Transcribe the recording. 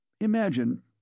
imagine